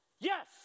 Yes